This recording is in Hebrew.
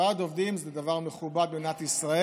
ועד עובדים זה דבר מכובד במדינת ישראל.